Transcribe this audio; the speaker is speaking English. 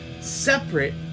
separate